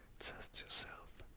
test yourself.